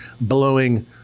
blowing